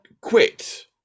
quit